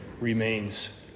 remains